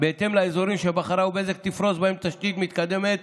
בהתאם לאזורים שבחרה, ובזק תפרוס בהם תשתית מתקדמת